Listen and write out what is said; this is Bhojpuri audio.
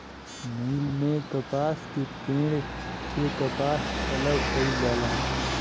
मिल में कपास के पेड़ से कपास अलग कईल जाला